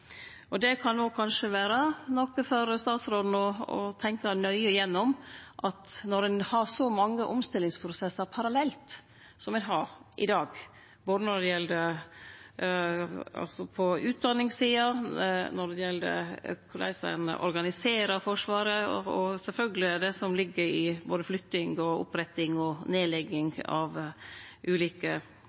Det kan òg kanskje vere noko for statsråden å tenkje nøye gjennom, at når ein har så mange omstillingsprosessar parallelt som ein har i dag – både når det gjeld utdanning, korleis ein organiserer Forsvaret, og sjølvsagt det som ligg i både flytting, oppretting og nedlegging av ulike